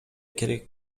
керек